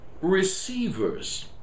receivers